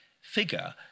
figure